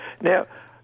Now